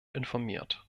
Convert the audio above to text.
informiert